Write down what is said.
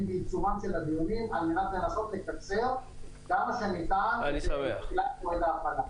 בעיצומם של הדיונים על מנת לנסות לקצר כמה שניתן את כל המהלכים.